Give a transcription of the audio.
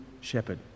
shepherd